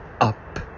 UP